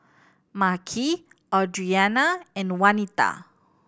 Makhi Audrianna and Wanita